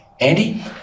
Andy